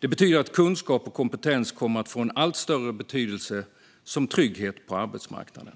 Det betyder att kunskap och kompetens kommer att få en allt större betydelse som trygghet på arbetsmarknaden.